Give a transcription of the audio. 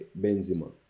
Benzema